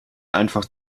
einfach